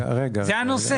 זה הנושא.